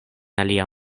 alia